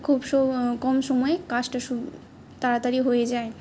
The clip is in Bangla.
খুব স কম সময়ে কাজটা তাড়াতাড়ি হয়ে যায়